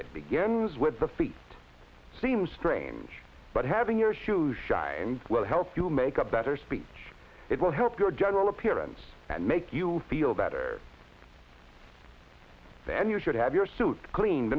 it begins with the feet seem strange but having your shoe shine will help you make a better speech it will help your general appearance and make you feel better then you should have your suit clean